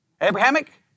Abrahamic